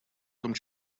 том